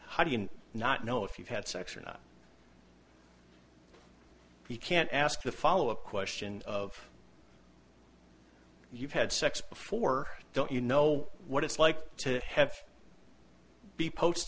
how do you not know if you've had sex or not you can't ask a follow up question of you've had sex before don't you know what it's like to have b post